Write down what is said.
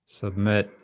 submit